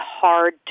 hard